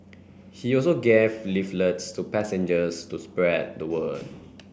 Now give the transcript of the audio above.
he also gave leaflets to passengers to spread the word